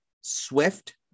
Swift